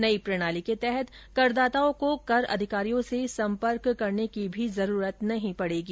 नई प्रणाली के तहत करदाताओं को कर अधिकारियों से संपर्क कॅरने की भी जरूरत नहीं पड़ेगी